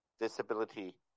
disability